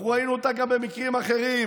אנחנו ראינו אותה גם במקרים אחרים,